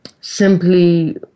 simply